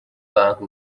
banki